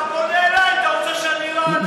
אתה פונה אלי, אתה רוצה שאני לא אענה לך?